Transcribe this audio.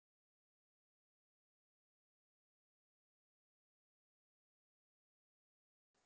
oh